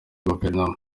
guverinoma